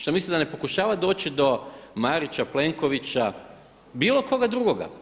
Šta mislite da ne pokušava doći do Marića, Plenkovića, bilo koga drugoga.